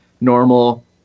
normal